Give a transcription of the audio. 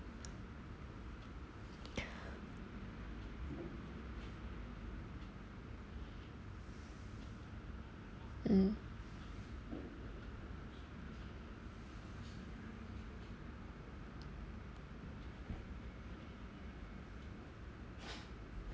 mm